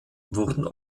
wurden